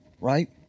right